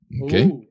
Okay